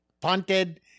punted